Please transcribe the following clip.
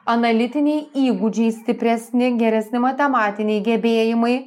analitiniai įgūdžiai stipresni geresni matematiniai gebėjimai